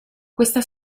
questa